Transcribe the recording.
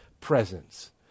presence